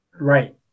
Right